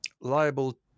liable